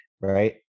right